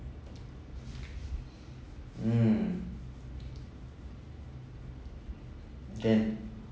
mm can